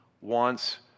wants